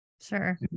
sure